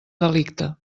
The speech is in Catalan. delicte